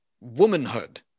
womanhood